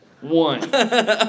One